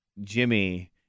Jimmy